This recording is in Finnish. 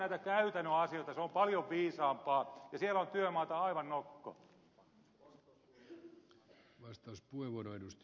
se on paljon viisaampaa ja siellä on työmaata aivan nokko